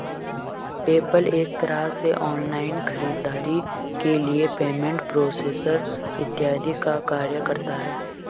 PayPal एक तरह से ऑनलाइन खरीदारी के लिए पेमेंट प्रोसेसर इत्यादि का कार्य करता है